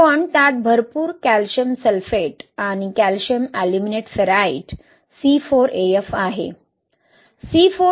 पण त्यात भरपूर कॅल्शियम सल्फेट आणि कॅल्शियम एल्युमिनेट फेराइट C4AF आहे